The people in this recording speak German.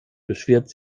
beschwert